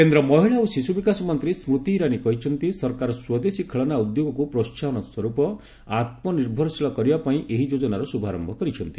କେନ୍ଦ୍ର ମହିଳା ଓ ଶିଶୁ ବିକାଶ ମନ୍ତ୍ରୀ ସ୍କତି ଇରାନୀ କହିଛନ୍ତି ସରକାର ସ୍ୱଦେଶୀ ଖେଳନା ଉଦ୍ୟୋଗକୁ ପ୍ରୋହାହନ ସ୍ୱରୂପ ଆତ୍ମନିର୍ଭରଶୀଳ କରିବା ପାଇଁ ଏହି ଯୋଜନାର ଶୁଭାରନ୍ତି